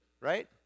right